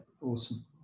awesome